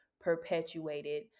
perpetuated